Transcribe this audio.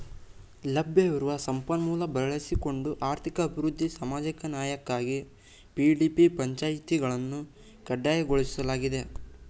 ಲಭ್ಯವಿರುವ ಸಂಪನ್ಮೂಲ ಬಳಸಿಕೊಂಡು ಆರ್ಥಿಕ ಅಭಿವೃದ್ಧಿ ಸಾಮಾಜಿಕ ನ್ಯಾಯಕ್ಕಾಗಿ ಪಿ.ಡಿ.ಪಿ ಪಂಚಾಯಿತಿಗಳನ್ನು ಕಡ್ಡಾಯಗೊಳಿಸಲಾಗಿದೆ